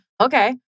Okay